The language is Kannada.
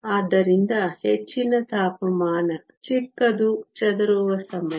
ಆದ್ದರಿಂದ ಹೆಚ್ಚಿನ ತಾಪಮಾನ ಚಿಕ್ಕದು ಚೆದುರುವ ಸಮಯ